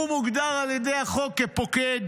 הוא מוגדר על ידי החוק כפוקד,